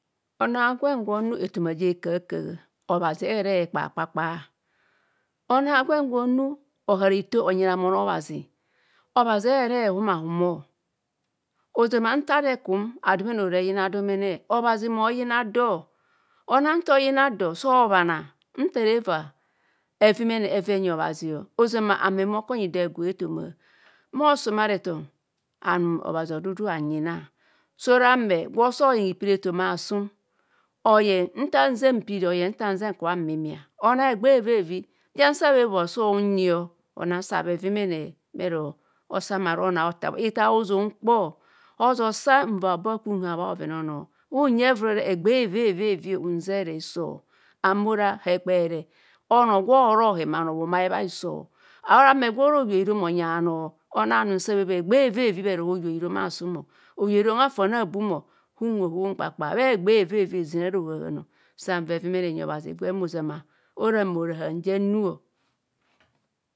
Onoo avwen gwe onu ethoma je ekahaka obazi ehere ekpakpa kpaa onoo agwen gwe onu oharai hito onyi ramon obhazi obhazi ehere ehumo ahumo ozama nta ado ekum ado mene ora eyina domene obhazi ma oyina do o- nang nta oyina do so obhana nta ere eva evimine eva enyi obhazi ozama ame ma oku onyi do hegue etao ma. Bha osomare ton anum obhazi odudu hanyina so ora ame gwe ose oyeng hipiri ethoma aasum oyeng nta nzeng piri ara nta nzeng nkubho mmimia onang egbee eveni ja nsa bhebhoa sa unyi o. Onang sa bhe vimene bhero osam aru onang otha bho. Hithaa oza ukpo oza osa nva hobokum nhar bha bhoven onoo unyi evure re egbee evevryio unzere hiso ame ora hekpere onno gwe ohoro dhen bhano bhumai bhaihiso ora ame gwa ore oyua hirom onyi bhanoo. Onang anum nsa bhe ebhoa egbee eveve bhe ro hoyua hirom aasum o, oyuna hirom afon abum nhohda unkpakpa bha egbee evevev hesin ara hohahan o